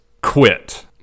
Quit